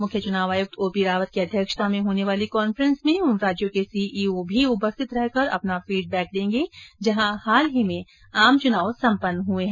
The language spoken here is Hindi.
मुख्य चुनाव आयुक्त ओपी रावत की अध्यक्षता में होने वाली कॉन्फ्रेंस में उन राज्यों के सीईओ भी उपस्थित रहकर अपना फीड बैक देंगे जहां हाल ही आम चुनाव सम्पन्न हुए हैं